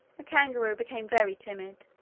the kangaroo became very timid,